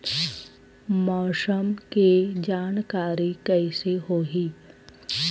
मौसम के जानकारी कइसे होही?